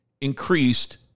increased